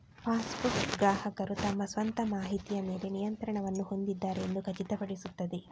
passbook, ಗ್ರಾಹಕರು ತಮ್ಮ ಸ್ವಂತ ಮಾಹಿತಿಯ ಮೇಲೆ ನಿಯಂತ್ರಣವನ್ನು ಹೊಂದಿದ್ದಾರೆ ಎಂದು ಖಚಿತಪಡಿಸುತ್ತದೆ